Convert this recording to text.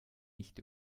nicht